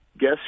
guess